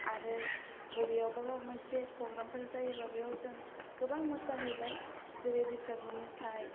आरो बबेयावबा माबा मोनसे प्रग्रामफोर जायोब्ला बेयाव जों गोबां मोसाहैबाय जेरै बैसागु मेथाइ